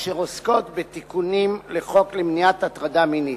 אשר עוסקות בתיקונים לחוק למניעת הטרדה מינית.